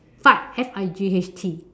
fight F I G H T